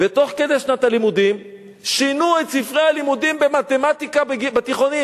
ותוך כדי שנת הלימודים שינו את ספרי הלימוד במתמטיקה בתיכונים.